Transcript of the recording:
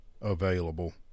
available